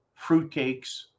fruitcakes